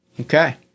Okay